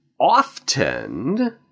Often